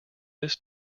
this